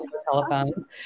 telephones